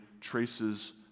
traces